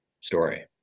story